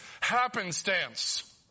happenstance